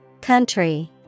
Country